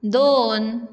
दोन